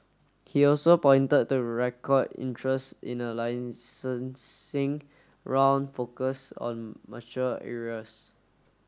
he also pointed to record interest in a licencing round focused on mature areas